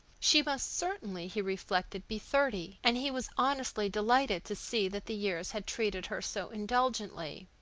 she must certainly, he reflected, be thirty, and he was honestly delighted to see that the years had treated her so indulgently.